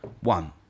One